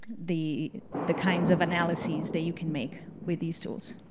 the the kinds of analyzes that you can make with these tools.